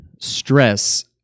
stress